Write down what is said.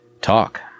talk